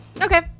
Okay